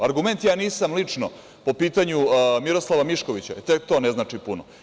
Argument – ja nisam lično po pitanju Miroslavaa Miškovića, tek to ne znači puno.